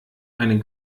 einen